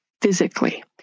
physically